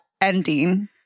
ending